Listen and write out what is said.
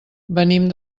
venim